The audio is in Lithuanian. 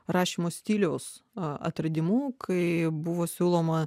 rašymo stiliaus atradimu kai buvo siūloma